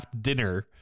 dinner